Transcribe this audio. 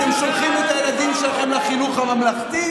אתם משלמים מיסים במדינה הזאת?